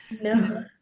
no